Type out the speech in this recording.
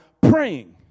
praying